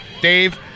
Dave